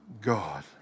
God